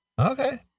Okay